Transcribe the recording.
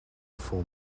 full